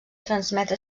transmetre